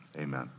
Amen